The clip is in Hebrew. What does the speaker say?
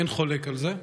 ואין חולק על זה,